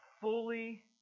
fully